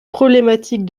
problématique